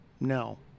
No